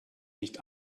nicht